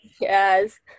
yes